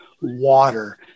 Water